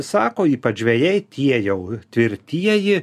sako ypač žvejai tie jau tvirtieji